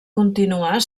continuar